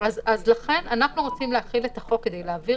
--- אני רוצים להחיל את החוק כדי להעביר